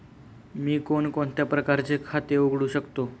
मी कोणकोणत्या प्रकारचे खाते उघडू शकतो?